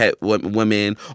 women